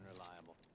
unreliable